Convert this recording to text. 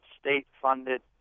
state-funded